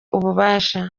ububasha